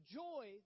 joy